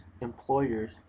employers